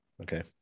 Okay